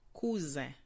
Cousin